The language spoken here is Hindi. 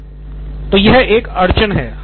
नितिन कुरियन तो यह एक अड़चन है